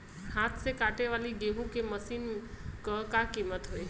हाथ से कांटेवाली गेहूँ के मशीन क का कीमत होई?